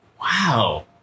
Wow